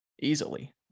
easily